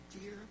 dear